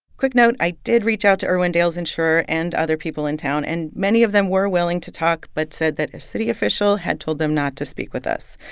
quick note. i did reach out to irwindale's insurer and other people in town, and many of them were willing to talk but said that a city official had told them not to speak with us.